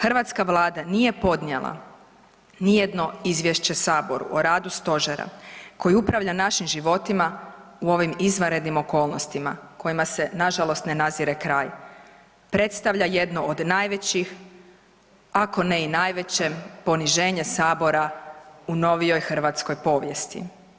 hrvatska Vlada nije podnijela ni jedno izvješće Saboru o radu Stožera koji upravlja našim životima u ovim izvanrednim okolnostima, kojima se na žalost ne nazire kraj, predstavlja jedno od najvećih ako ne i najveće poniženje Sabora u novijom hrvatskom povijesti.